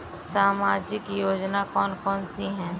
सामाजिक योजना कौन कौन सी हैं?